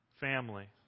family